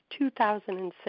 2006